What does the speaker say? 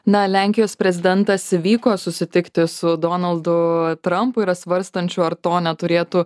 na lenkijos prezidentas vyko susitikti su donaldu trampu yra svarstančių ar to neturėtų